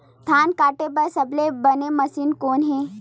धान काटे बार सबले बने मशीन कोन हे?